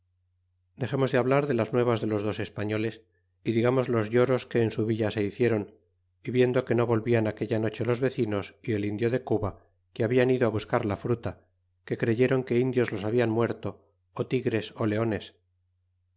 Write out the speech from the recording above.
dexemos de hablar de las nuevas de los dos e spañoles y digamos los lloros que en su villa se hicieron viendo que no volvían aquell noche los vecinos y el indio de cuba que hablan ido á buscar la fruta que creyéron que indios los hablan muerto ó tigres ó leones